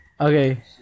Okay